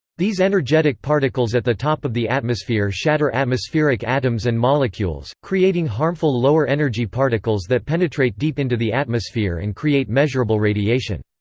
these energetic particles at the top of the atmosphere shatter atmospheric atoms and molecules, creating harmful lower energy particles that penetrate deep into the atmosphere and create measurable radiation.